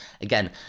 again